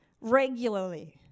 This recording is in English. regularly